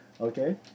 Okay